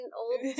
old